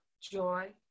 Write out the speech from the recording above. joy